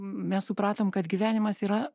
mes supratom kad gyvenimas yra